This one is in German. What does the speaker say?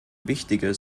wichtige